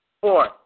Four